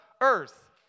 earth